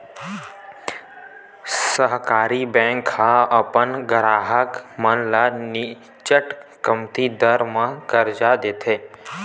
सहकारी बेंक ह अपन गराहक मन ल निच्चट कमती दर म करजा देथे